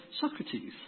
Socrates